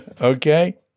Okay